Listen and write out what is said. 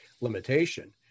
limitation